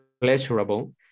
pleasurable